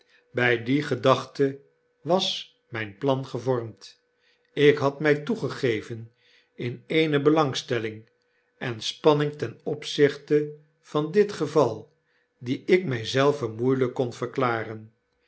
by die gedachte was mijn plan gevormd ik had mij toegegeven in eene belangstelling en spanning ten opzichte van dit geval die ik my zelven moeielijk kon verklaren